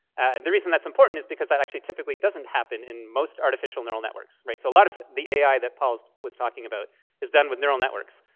and the reason that's important is because that actually typically doesn't happen in most artificial neural networks, right? so a lot of the ai that paul was talking about is done with neural networks.